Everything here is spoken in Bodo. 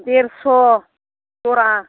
देरस' जरा